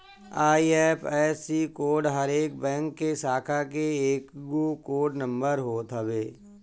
IFSC code हर bank के शाखा के एगो कोड नंबर होत हवे